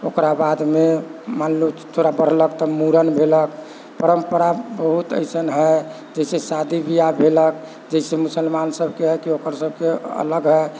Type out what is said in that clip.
ओकरा बादमे मानलुथ थोड़ा बढ़लक तऽ मूड़न भेलक परम्परा बहुत अइसन हइ जइसे शादी बिआह भेलक जइसे मुसलमान सबके हइ कि ओकर सबके अलग हइ